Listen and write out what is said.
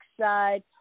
side